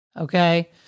Okay